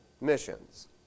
missions